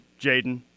Jaden